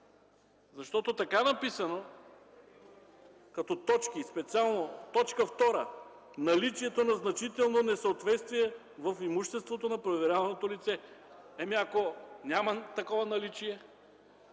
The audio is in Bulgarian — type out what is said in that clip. Защото така написано като точки, специално т. 2 „наличието на значително несъответствие в имуществото на проверяваното лице;”. Ами, ако няма такова наличие?